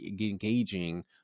engaging